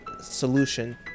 solution